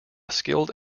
skilled